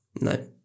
No